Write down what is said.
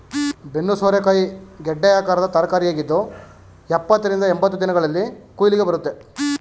ಬೆನ್ನು ಸೋರೆಕಾಯಿ ಗೆಡ್ಡೆ ಆಕಾರದ ತರಕಾರಿಯಾಗಿದ್ದು ಎಪ್ಪತ್ತ ರಿಂದ ಎಂಬತ್ತು ದಿನಗಳಲ್ಲಿ ಕುಯ್ಲಿಗೆ ಬರುತ್ತೆ